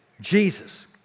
Jesus